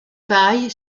faille